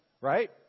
right